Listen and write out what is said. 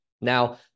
Now